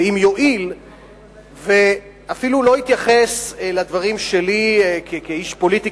ואם יואיל אפילו שלא להתייחס לדברים שלי כאיש פוליטי,